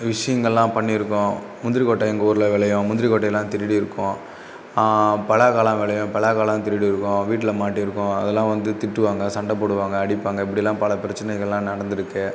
விஷயங்கள்லான் பண்ணியிருக்கோம் முந்திரி கொட்டை எங்கள் ஊரில் விளையும் முந்திரி கொட்டையெல்லாம் திருடியிருக்கோம் பலாக்காலாம் விளையும் பலக்காலா திருடியிருக்கோம் வீட்டில் மாட்டியிருக்கோம் அதெல்லாம் வந்து திட்டுவாங்க சண்டை போடுவாங்க அடிப்பாங்க இப்படிலா பல பிரச்சனைகள்லாம் நடந்திருக்கு